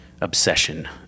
obsession